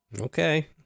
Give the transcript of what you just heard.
Okay